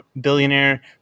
billionaire